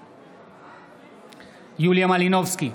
בעד יוליה מלינובסקי,